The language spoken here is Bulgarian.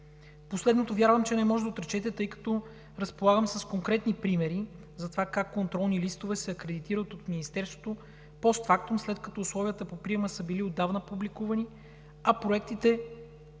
Последното, вярвам, не може да отречете, тъй като разполагам с конкретни примери за това как контролни листове се акредитират от Министерството постфактум, след като условията по приема са били отдавна публикувани, а проектите